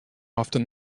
often